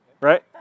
Right